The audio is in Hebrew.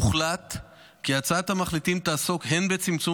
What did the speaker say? הוחלט כי הצעת המחליטים תעסוק הן בצמצום